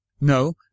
No